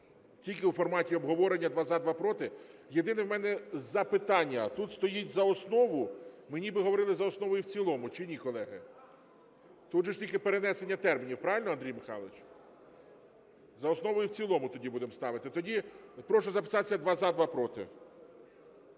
тільки у форматі обговорення: два – за, два – проти. Єдине в мене запитання: тут стоїть – за основу, ми ніби говорили – за основу і в цілому, чи ні, колеги? Тут же тільки перенесення термінів, правильно, Андрій Михайлович? За основу і в цілому тоді будемо ставимо. Тоді прошу записатися: два – за, два – проти.